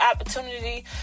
opportunity